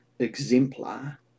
exemplar